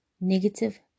negative